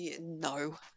no